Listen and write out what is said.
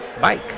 bike